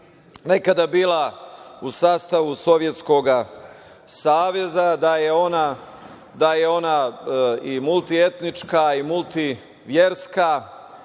nekada bila u sastavu Sovjetskog Saveza, da je ona multietnička i multiverska,